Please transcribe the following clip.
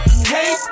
hey